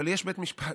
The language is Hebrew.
אבל יש בית משפט